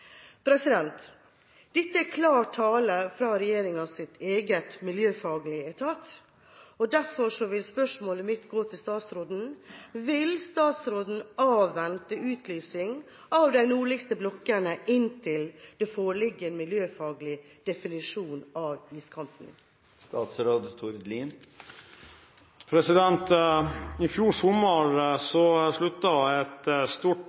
Dette er klar tale fra regjeringas egen miljøfaglige etat. Derfor er mitt spørsmål til statsråden: Vil statsråden avvente utlysing av de nordligste blokkene inntil det foreligger en miljøfaglig definisjon av iskanten? I fjor sommer sluttet et stort